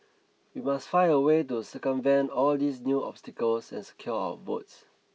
we must find a way to circumvent all these new obstacles and secure our votes